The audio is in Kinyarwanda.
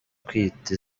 kwita